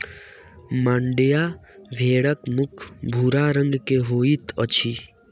मांड्या भेड़क मुख भूरा रंग के होइत अछि